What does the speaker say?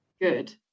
good